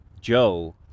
Joe